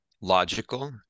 logical